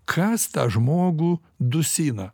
kas tą žmogų dusina